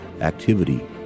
activity